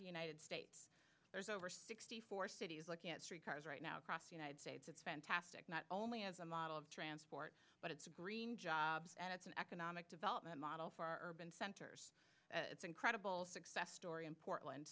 the united states there's over sixty four cities looking at streetcars right now across the united states it's fantastic not only as a model of transport but it's a green job and it's an economic development model for urban centers it's incredible success story in portland